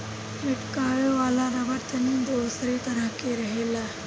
मेटकावे वाला रबड़ तनी दोसरे तरह के रहेला